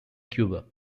cuba